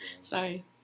Sorry